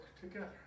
together